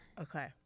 Okay